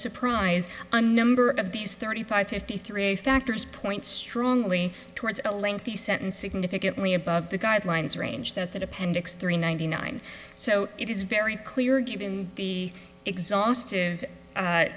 surprise a number of these thirty five fifty three factors point strongly towards a lengthy sentence significantly above the guidelines range that's at appendix three ninety nine so it is very clear given the exhaustive